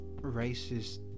racist